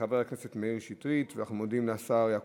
21 בעד, אין מתנגדים ואין נמנעים.